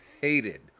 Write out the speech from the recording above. Hated